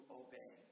obey